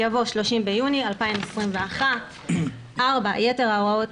יבוא "30 ביוני 2021". 4. יתר הוראות